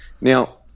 now